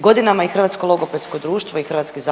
Godinama i Hrvatsko logopedsko društvo i HZZ